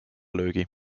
löögi